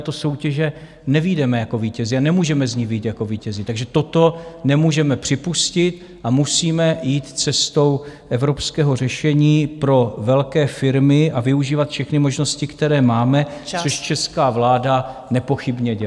No, z takovéto soutěže nevyjdeme jako vítězi a nemůžeme z ní vyjít jako vítězi, takže toto nemůžeme připustit, musíme jít cestou evropského řešení pro velké firmy a využívat všechny možnosti, které máme, což česká vláda nepochybně dělá.